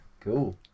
Cool